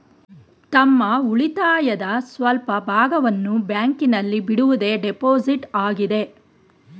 ತಮ್ಮ ಉಳಿತಾಯದ ಸ್ವಲ್ಪ ಭಾಗವನ್ನು ಬ್ಯಾಂಕಿನಲ್ಲಿ ಬಿಡುವುದೇ ಡೆಪೋಸಿಟ್ ಆಗಿದೆ